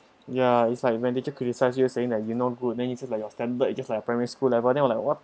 ya it's like when teacher criticise you saying that you not good then he say like your standard is just like primary school level then I'm like what